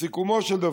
בסיכומו של דבר,